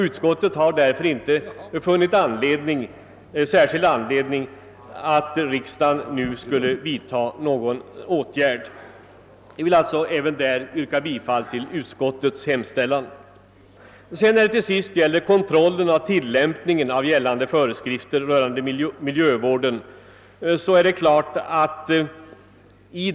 Utskottet har därför inte funnit att riksdagen nu har skäl att vidta någon särskild åtgärd, och jag vill även på denna punkt yrka bifall till utskottets hemställan. Den sista punkten i utskottets hemställan gäller kontroll av tillämpningen av gällande föreskrifter rörande miljövården.